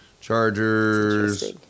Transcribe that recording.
Chargers